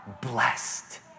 blessed